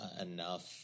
enough